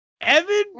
Evan